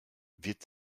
wird